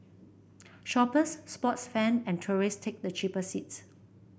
shoppers sports fan and tourists take the cheaper seats